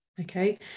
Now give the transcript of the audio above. Okay